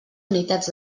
unitats